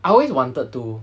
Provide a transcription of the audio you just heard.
I always wanted to